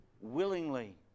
willingly